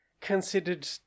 considered